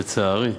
לצערי,